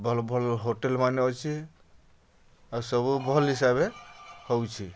ଭଲ୍ ଭଲ୍ ହୋଟେଲ୍ମାନେ ଅଛେ ଆଉ ସବୁ ଭଲ୍ ହିସାବେ ହଉଛେ